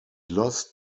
lost